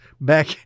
Back